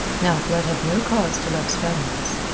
now blood had no cause to love spaniards.